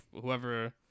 whoever